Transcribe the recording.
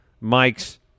Mike's